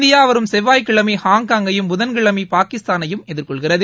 India வரும் செவ்வாய்கிழமை ஹாங்காங்கையும் புதன்கிழமை பாகிஸ்தானையும் எதிர்கொள்கிறது